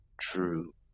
true